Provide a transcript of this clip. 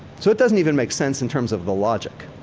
so, it doesn't even make sense in terms of the logic.